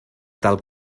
tal